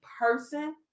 person